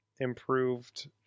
improved